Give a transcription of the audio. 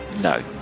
No